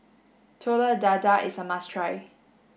Telur Dadah is a must try